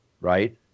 right